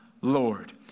Lord